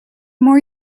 more